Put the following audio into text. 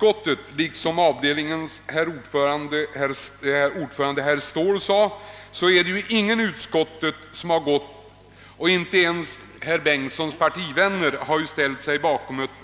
jag liksom avdelningens ordförande, herr Ståhl, konstatera, att ingen ledamot av utskottet, inte ens herr Bengtsons partivänner, ställt sig bakom motionerna.